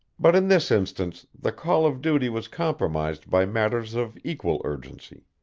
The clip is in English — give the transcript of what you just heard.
but in this instance the call of duty was compromised by matters of equal urgency,